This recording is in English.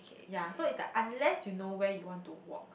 ya so it's like unless you know where you want to walk